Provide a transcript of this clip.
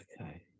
Okay